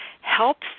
helps